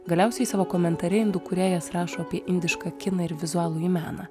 galiausiai savo komentare indų kūrėjas rašo apie indišką kiną ir vizualųjį meną